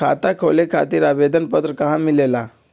खाता खोले खातीर आवेदन पत्र कहा मिलेला?